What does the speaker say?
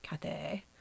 Kate